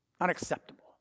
Unacceptable